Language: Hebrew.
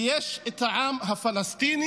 ויש את העם הפלסטיני,